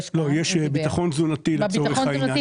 יש ביטחון תזונתי, לצורך העניין.